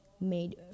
made